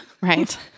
right